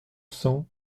cents